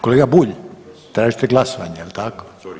Kolega Bulj tražite glasovanje jel' tako?